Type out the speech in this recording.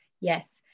yes